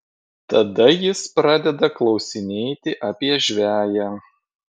tada jis pradeda klausinėti apie žveję